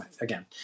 again